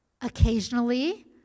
occasionally